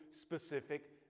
specific